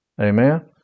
Amen